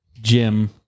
Jim